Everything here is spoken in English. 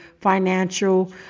financial